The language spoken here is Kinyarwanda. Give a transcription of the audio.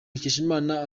mukeshimana